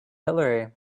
hillary